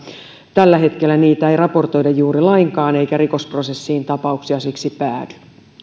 tällä hetkellä niitä ei raportoida juuri lainkaan eikä rikosprosessiin tapauksia siksi päädy